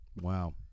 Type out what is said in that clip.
Wow